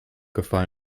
gefallen